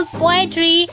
poetry